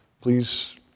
Please